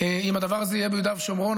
אם הדבר הזה יהיה ביהודה ושומרון,